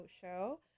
show